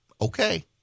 Okay